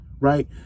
right